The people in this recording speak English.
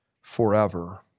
forever